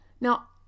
Now